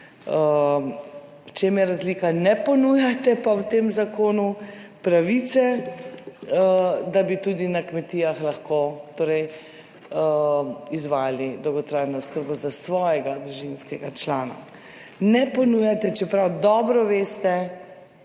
čem je razlika? Ne ponujate pa v tem zakonu pravice, da bi tudi na kmetijah lahko torej izvajali dolgotrajno oskrbo za svojega družinskega člana. Ne ponujate, čeprav dobro veste,